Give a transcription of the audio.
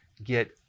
Get